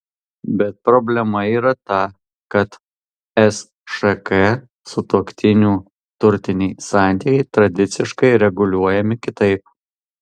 bet problema yra ta kad sšk sutuoktinių turtiniai santykiai tradiciškai reguliuojami kitaip